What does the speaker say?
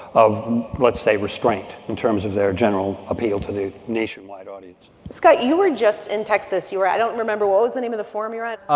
let's say, restraint in terms of their general appeal to the nationwide audience scott, you were just in texas. you were i don't remember. what was the name of the forum you were at?